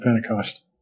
Pentecost